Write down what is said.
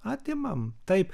atimam taip